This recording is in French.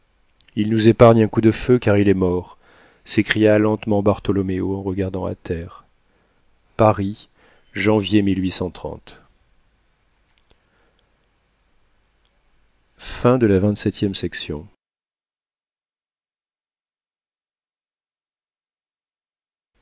il nous épargne un coup de feu car il est mort s'écria lentement bartholoméo en regardant à terre paris janvier